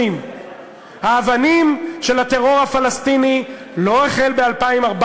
האבנים, הטרור הפלסטיני לא החל ב-2014,